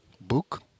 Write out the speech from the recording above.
book